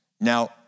Now